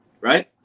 right